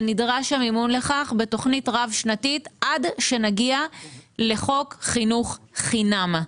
ונדרש המימון לכך בתוכנית רב-שנתית עד שנגיע לחוק חינוך חינם.